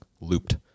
looped